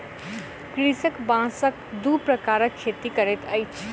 कृषक बांसक दू प्रकारक खेती करैत अछि